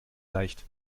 leicht